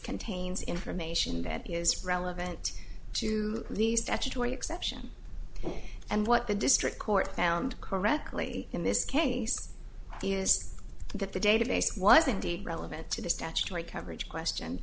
contains information that is relevant to the statutory exception and what the district court found correctly in this case is that the database was indeed relevant to the statutory coverage question